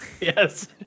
yes